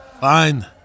Fine